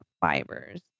fibers